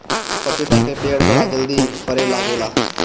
पपीता के पेड़ बड़ा जल्दी फरे लागेला